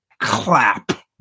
clap